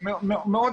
הייתי מעורב